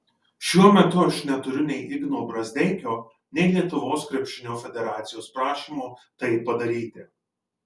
šiuo metu aš neturiu nei igno brazdeikio nei lietuvos krepšinio federacijos prašymo tai padaryti